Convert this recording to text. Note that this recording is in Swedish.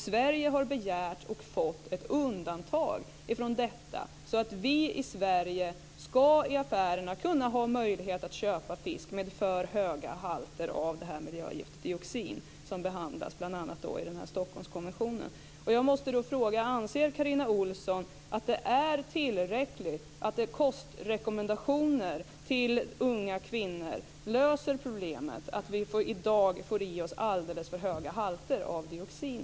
Sverige har begärt och fått ett undantag från detta, så att vi i Sverige ska ha möjlighet att i affärerna köpa fisk med för höga halter av miljögiftet dioxin, som behandlas bl.a. i Stockholmskonventionen. Jag måste fråga: Anser Carina Ohlsson att detta är tillräckligt - att kostrekommendationer till unga kvinnor löser problemet med att vi i dag får i oss alldeles för höga halter av dioxin?